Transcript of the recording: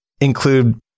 include